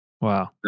Wow